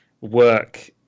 work